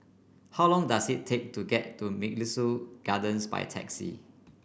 how long does it take to get to Mugliston Gardens by taxi